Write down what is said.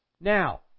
Now